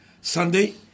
Sunday